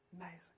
Amazing